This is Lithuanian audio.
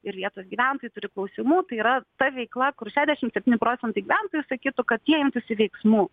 ir vietos gyventojai turi klausimų yra ta veikla kur šešiasdešim septyni procentai gyventojų sakytų kad jie imtųsi veiksmų